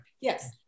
Yes